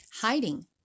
hiding